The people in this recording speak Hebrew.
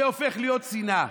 זה הופך להיות שנאה.